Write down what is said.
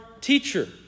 teacher